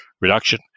reduction